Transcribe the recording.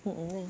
mm mm